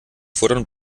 fordern